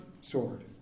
sword